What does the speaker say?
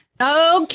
Okay